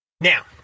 Now